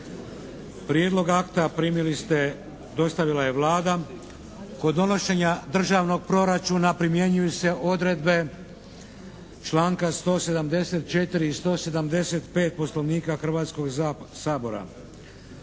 Prijedlog akta primili ste, dostavila je Vlada. Kod donošenja Državnog proračuna primjenjuju se odredbe članka 174. i 175. Poslovnika Hrvatskog sabora.